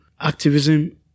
activism